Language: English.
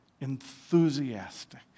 enthusiastic